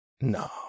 no